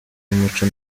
umuco